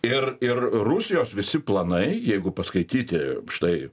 ir ir rusijos visi planai jeigu paskaityti štai